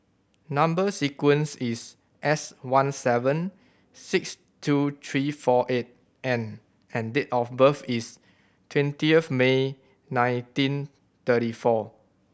number sequence is S one seven six two three four eight N and date of birth is twentieth May nineteen thirty four